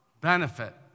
benefit